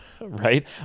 right